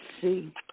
see